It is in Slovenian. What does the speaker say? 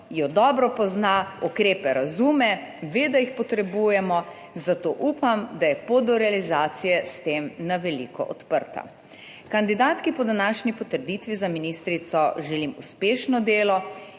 jo dobro pozna, ukrepe razume, ve, da jih potrebujemo, zato upam, da je pot do realizacije s tem na veliko odprta. Kandidatki po današnji potrditvi za ministrico želim uspešno delo